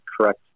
correct